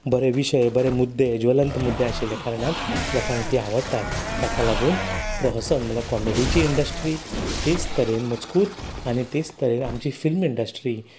बरे विशय बरे मुद्दे ज्वलंत मुद्दे आशिल्ले कारणान लोकांक तीं आवडटात ताका लागून प्रहसन म्हणल्या कॉमेडीची इंडस्ट्री तेच तरेन मजकूर आनी तेच तरेन आमची फिल्म इंडस्ट्री